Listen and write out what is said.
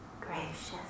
gracious